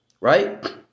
right